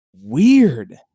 weird